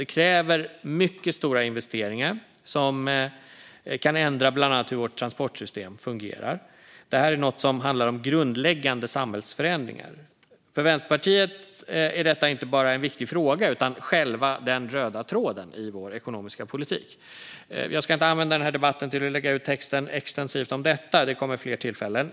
Det kräver mycket stora investeringar, som kan ändra bland annat hur vårt transportsystem fungerar. Det här är något som handlar om grundläggande samhällsförändringar. För Vänsterpartiet är detta inte bara en viktig fråga utan själva den röda tråden i vår ekonomiska politik. Jag ska inte använda den här debatten till att lägga ut texten extensivt om detta; det kommer fler tillfällen.